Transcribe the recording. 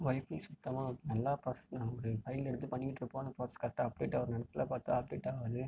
wifi சுத்தமாக நல்லா process பண்ண ஒரு ஃபைல் எடுத்து பண்ணிக்கிட்டிருப்போம் அந்த ப்ராசெஸ் கரெக்ட்டாக அப்டேட் ஆகுற நேரத்தில் பார்த்தா அப்டேட் ஆகாது